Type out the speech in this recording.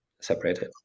separated